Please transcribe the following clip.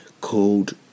called